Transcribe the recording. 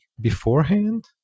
beforehand